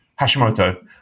Hashimoto